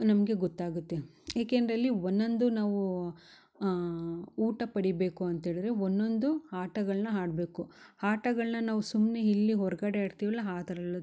ನಮಗೆ ಗೊತ್ತಾಗುತ್ತೆ ಏಕೆಂದ್ರ ಇಲ್ಲಿ ಒನ್ನೊಂದು ನಾವು ಊಟ ಪಡೆಯಬೇಕು ಅಂತೇಳಿದರೆ ಒನ್ನೊಂದು ಆಟಗಳನ್ನ ಆಡ್ಬೇಕು ಆಟಗಳನ್ನ ನಾವು ಸುಮ್ಮನೆ ಇಲ್ಲಿ ಹೊರಗಡೆ ಆಡ್ತಿವಲ್ಲ ಆ ಥರ ಅಲ್ಲ